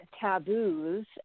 taboos